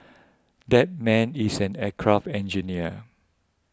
that man is an aircraft engineer